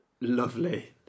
lovely